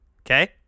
okay